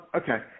okay